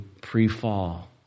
pre-fall